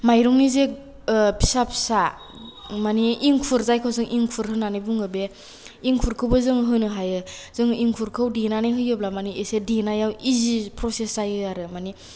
मायरंनि जे फिसा फिसा मानि इंखुर जायखौ जों इंखुर होनानै बुङो बे इंखुरखौबो जों होनो हायो जों इंखुरखौ देनानै होयोब्ला माने एसे देनायाव इजि फ्रसेस जायो आरो मानि